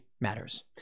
matters